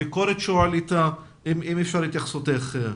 הביקורת שהועלתה, אם אפשר את התייחסותך.